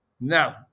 No